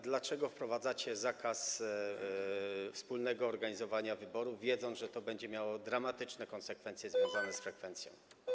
Dlaczego wprowadzacie zakaz wspólnego organizowania wyborów, wiedząc, że to będzie miało dramatyczne konsekwencje związane z frekwencją?